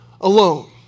alone